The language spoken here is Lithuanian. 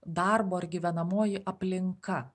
darbo ar gyvenamoji aplinka